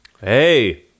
Hey